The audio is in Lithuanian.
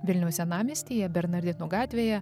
vilniaus senamiestyje bernardinų gatvėje